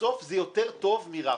בסוף זה יותר טוב מרע.